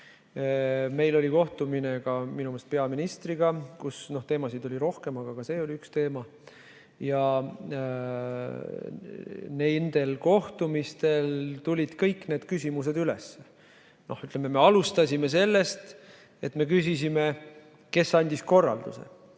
meelest kohtumine ka peaministriga. Seal oli teemasid rohkem, aga ka see oli üks teema. Nendel kohtumistel tulid kõik need küsimused üles. Me alustasime sellest, et me küsisime, kes andis korralduse.